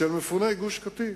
של מפוני גוש-קטיף.